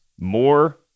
more